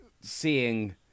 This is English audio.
seeing